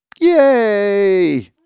Yay